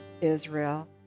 Israel